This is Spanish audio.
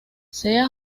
sea